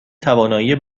توانایی